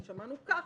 ושמענו: ככה.